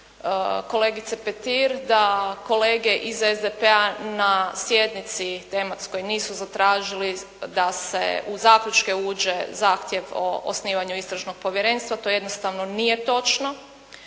kolegice Petir da kolege iz SDP-a na sjednici tematskoj nisu zatražili da u zaključke uđe zahtjev o osnivanju istražnog povjerenstva. To jednostavno nije točno.